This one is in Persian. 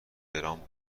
درام